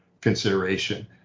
consideration